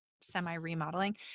semi-remodeling